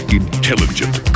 intelligent